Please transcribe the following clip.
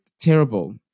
terrible